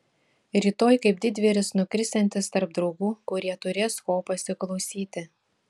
rytoj kaip didvyris nukrisiantis tarp draugų kurie turės ko pasiklausyti